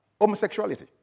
homosexuality